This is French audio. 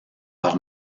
par